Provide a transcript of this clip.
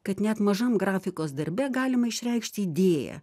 kad net mažam grafikos darbe galima išreikšti idėją